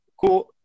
Cool